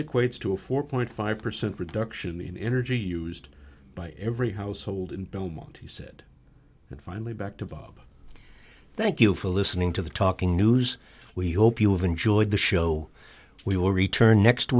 equates to a four point five percent reduction in energy used by every household in belmont he said and finally back to bob thank you for listening to the talking news we hope you have enjoyed the show we will return next